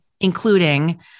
including